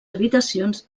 habitacions